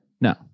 No